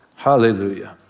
Hallelujah